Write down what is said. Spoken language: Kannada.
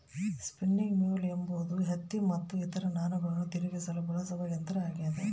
ಸ್ಪಿನ್ನಿಂಗ್ ಮ್ಯೂಲ್ ಎಂಬುದು ಹತ್ತಿ ಮತ್ತು ಇತರ ನಾರುಗಳನ್ನು ತಿರುಗಿಸಲು ಬಳಸುವ ಯಂತ್ರ ಆಗ್ಯದ